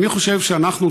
כי אני חושב שאנחנו,